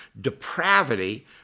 Depravity